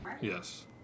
Yes